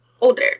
older